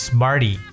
Smarty